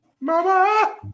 Mama